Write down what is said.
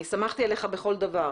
אני סמכתי עליך בכל דבר."